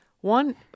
One